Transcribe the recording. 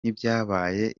n’ibyabaye